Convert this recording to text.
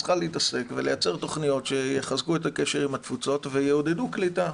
צריכה להתעסק ולייצר תוכניות שיחזקו את הקשר עם התפוצות ויעודדו קליטה,